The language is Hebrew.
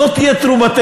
זאת תהיה תרומתנו.